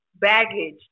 Baggage